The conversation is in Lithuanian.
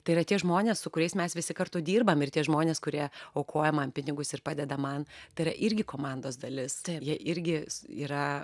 tai yra tie žmonės su kuriais mes visi kartu dirbam ir tie žmonės kurie aukoja man pinigus ir padeda man tai yra irgi komandos dalis jie irgi yra